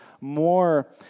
more